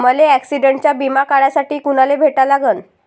मले ॲक्सिडंटचा बिमा काढासाठी कुनाले भेटा लागन?